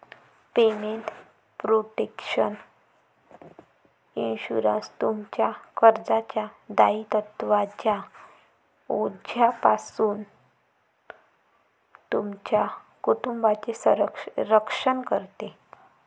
payment protection insurance, तुमच्या कर्जाच्या दायित्वांच्या ओझ्यापासून तुमच्या कुटुंबाचे रक्षण करते